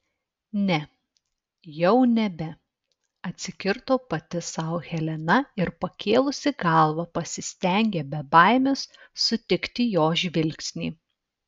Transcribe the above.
ne jau nebe atsikirto pati sau helena ir pakėlusi galvą pasistengė be baimės sutikti jo žvilgsnį